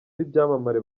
b’ibyamamare